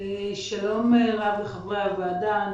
שלום רב לחברי הוועדה.